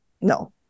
no